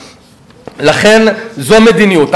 לכן, זו המדיניות.